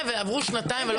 ועברו שנתיים ולא קרה כלום.